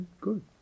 good